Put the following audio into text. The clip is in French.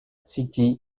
city